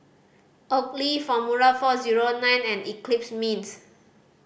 Oakley Formula Four Zero Nine and Eclipse Mints